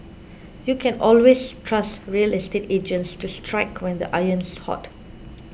you can always trust real estate agents to strike when the iron's hot